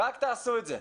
רק תעשו את זה.